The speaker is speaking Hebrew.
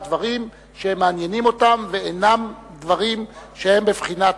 שמבקש לדעת דברים שמעניינים אותו ואינם דברים שהם בבחינת,